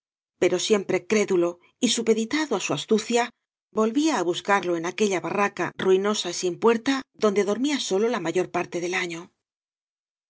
pero siempre crédulo y supeditado á su astucia volvía á buscarlo en aquella barraca ruinosa y sin puerta donde dormía solo la mayor parte del año